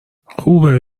خوبه